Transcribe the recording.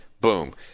boom